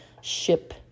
ship